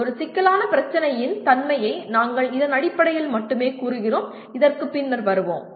ஒரு சிக்கலான பிரச்சினையின் தன்மையை நாங்கள் இதன் அடிப்படையில் மட்டுமே கூறுகிறோம் இதற்குபின்னர் வருவோம்